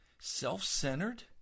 Self-centered